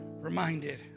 reminded